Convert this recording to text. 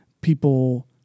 people